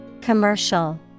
Commercial